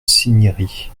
cinieri